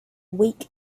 weak